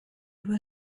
were